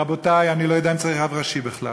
רבותי, אני לא יודע אם צריך רב ראשי בכלל.